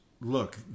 look